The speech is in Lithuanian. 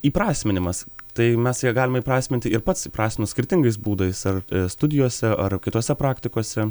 įprasminimas tai mes ją galim įprasminti ir pats įprasminu skirtingais būdais ir studijose ar kitose praktikose